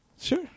Sure